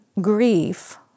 grief